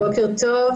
בוקר טוב.